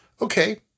Okay